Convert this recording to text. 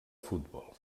futbol